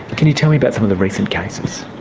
can you tell me about some of the recent cases?